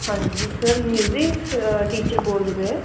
ਹਾਂਜੀ sir music teacher ਬੋਲਦੇ ਪਏ